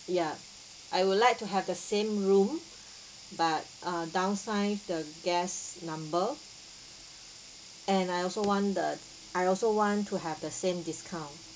yup I would like to have the same room but uh downsize the guest number and I also want the I also want to have the same discount